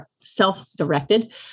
self-directed